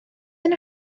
yna